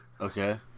Okay